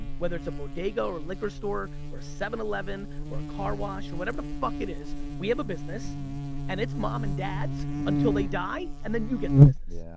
ah whether it's a bodega or liquor store or seven eleven or a car wash or whatever the fuck it is, we have a business and and it's mom and dad's until they die and then you get the business. yeah